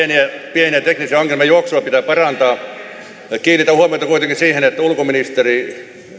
pieniä teknisiä ongelmia ja juoksua pitää parantaa kiinnitän huomiota kuitenkin siihen että ulkoministeri